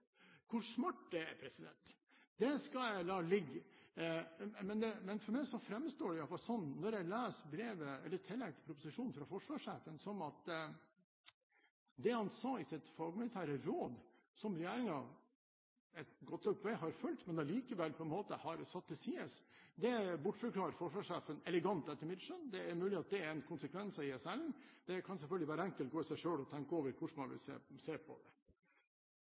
Hvor smart det er, skal jeg la ligge. Men når jeg leser tillegget til proposisjonen fra forsvarssjefen, framstår det i alle fall for meg slik at det han sa i sitt fagmilitære råd, som regjeringen et godt stykke har fulgt, men allikevel har satt til side, ble etter mitt skjønn elegant bortforklart av forsvarssjefen. Det er mulig at det er en konsekvens av ISL-en. Det kan selvfølgelig hver enkelt gå i seg selv og tenke over hvordan man vil se på. Det